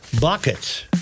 buckets